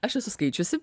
aš esu skaičiusi